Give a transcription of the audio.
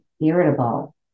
irritable